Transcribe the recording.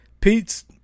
Pete's